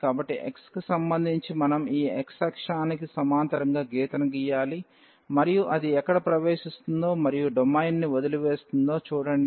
కాబట్టి x కి సంబంధించి మనం ఈ x అక్షానికి సమాంతరంగా గీతను గీయాలి మరియు అది ఎక్కడ ప్రవేశిస్తుందో మరియు డొమైన్ని వదిలివేస్తుందో చూడండి